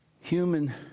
human